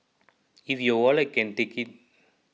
if your wallet can take it